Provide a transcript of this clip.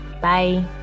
Bye